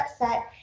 upset